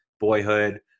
Boyhood